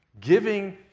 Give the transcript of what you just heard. Giving